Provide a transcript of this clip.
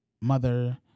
Mother